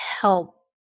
help